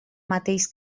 mateix